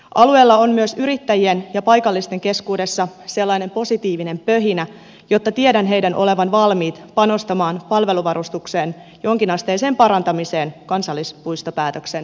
alueella on myös yrittäjien ja paikallisten keskuudessa sellainen positiivinen pöhinä että tiedän heidän olevan valmiit panostamaan palveluvarustuksen jonkinasteiseen parantamiseen kansallispuistopäätöksen jälkeenkin